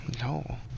No